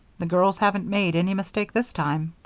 the girls haven't made any mistake this time.